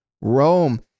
Rome